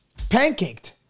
pancaked